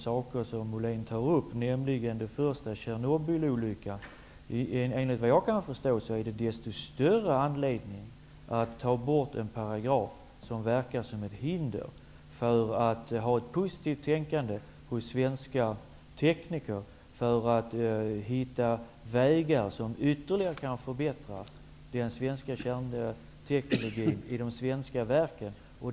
Först gäller det Tjernobylolyckan. Såvitt jag förstår finns det än större anledning att ta bort en paragraf som hindrar ett positivt tänkande hos svenska tekniker när det gäller att hitta vägar som innebär ytterligare förbättrad kärnteknologi i svenska verk.